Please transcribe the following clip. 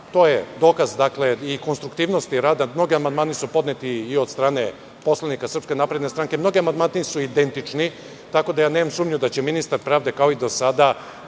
što je dokaz i konstruktivnosti rada. Mnogi amandmani su podneti i od strane poslanika SNS, mnogi amandmani su identični, tako da ja nemam sumnju da će ministar pravde, kao i do sada,